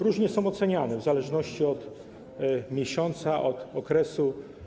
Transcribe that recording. Różnie są one oceniane, w zależności od miesiąca, od okresu.